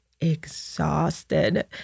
exhausted